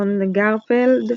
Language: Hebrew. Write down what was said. אונגרפלד,